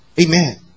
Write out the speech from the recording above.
Amen